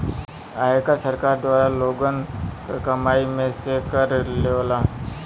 आयकर सरकार द्वारा लोगन क कमाई में से कर लेवला